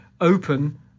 open